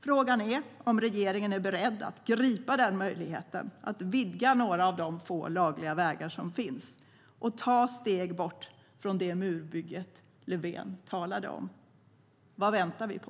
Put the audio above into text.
Frågan är om regeringen är beredd att gripa möjligheten att vidga några av de få lagliga vägar som finns och ta steg bort från det murbygge Löfven talade om. Vad väntar vi på?